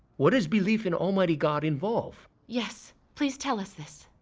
what does belief in almighty god involve? yes, please tell us this.